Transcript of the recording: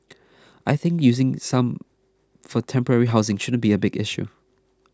I think using some for temporary housing shouldn't be a big issue